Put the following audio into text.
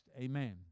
amen